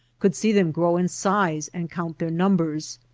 could see them grow in size and count their numbers,